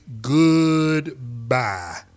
goodbye